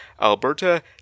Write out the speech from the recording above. Alberta